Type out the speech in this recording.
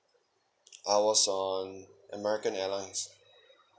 I was on American Airlines